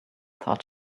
thought